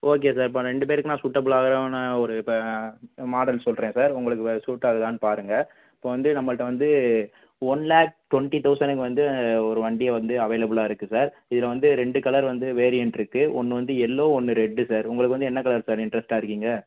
okay sir இப்போ ரெண்டு பேருக்குனால் சூட்டபிளாக ஆகுறதுனா ஒரு இப்போ மாடல் சொல்கிறேன் சார் உங்களுக்கு வேறு சூட்டாகுதான்னு பாருங்கள் இப்போ வந்து நம்மள்ட்ட வந்து ஒன் லேக் டிவெண்டி தௌசணுக்கு வந்து ஒரு வண்டி வந்து அவைலபிளாக இருக்குது சார் இதில் வந்து ரெண்டு கலரு வந்து வேரியண்ட் இருக்குது ஒன்று வந்து எல்லோ ஒன்று ரெட்டு சார் உங்களுக்கு வந்து என்ன கலர் சார் இன்ரெஸ்ட்டாக இருக்கீங்க